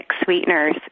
sweeteners